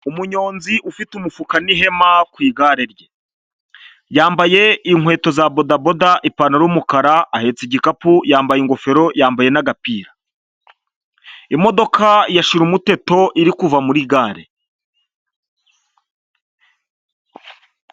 Umunyonzi ufite umufuka n'ihema ku igare rye, yambaye inkweto za bodaboda, ipantaro y'umukara ahetse igikapu, yambaye ingofero, yambaye n'agapira, imodoka ya shirumuteto iri kuva muri gare.